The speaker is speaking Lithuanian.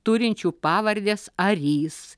turinčių pavardės arys